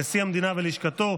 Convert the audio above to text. נשיא המדינה ולשכתו,